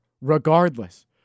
regardless